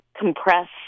compressed